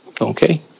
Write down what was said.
Okay